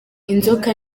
inzoka